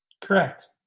correct